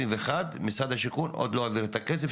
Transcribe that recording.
משרד השיכון טרם העביר את הכסף,